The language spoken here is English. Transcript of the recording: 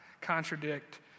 contradict